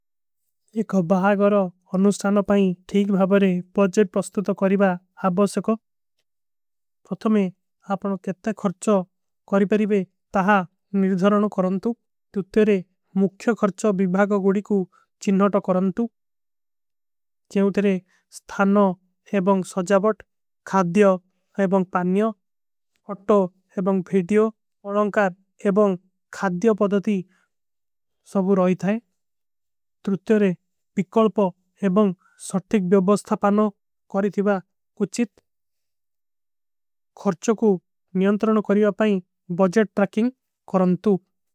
ଏକ ଭାଗ ଔର ଅନୁସ୍ତାନ ପାଈ ଠୀକ ଭାବରେ ପରଜେଟ ପ୍ରସ୍ତୁତ କରୀବା। ଆପ ବସକୋ ପର୍ଥମେ ଆପନୋ କେଟ୍ଟାଈ ଖର୍ଚ କରୀବେ ତହାଁ ନିର୍ଦ୍ଧରନୋ କରଂତୁ। ତୁତ୍ତେରେ ମୁଖ୍ଯ ଖର୍ଚ ଵିଭାଗ ଗୋଡୀ କୁ ଚିନ୍ଣାଟୋ କରଂତୁ ଜୈଂଵତେରେ ସ୍ଥାନୋ। ବଂଗ ସଜଵଟ ଖାଦ୍ଯୋ ଏବଂଗ ପାନ୍ଯୋ ଅଟୋ ଏବଂଗ ଭେଡିଯୋ ପଲଂକାର ଏବଂଗ। ଖାଦ୍ଯୋ ପଦତୀ ସବୁ ରହୀ ଥାଈ ତୁତ୍ତେରେ ପିକଲପ। ଏବଂଗ। ସର୍ଥିକ ଵିଵବସ୍ଥା ପାନୋ କରୀ ଥୀଵା। କୁ ଚିତ ଖର୍ଚ କୁ ମିଯଂଟ୍ରଣ କରୀଵା ପାଈ ବଜେଟ ଟ୍ରାକିଂଗ କରଂତୁ।